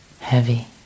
heavy